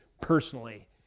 personally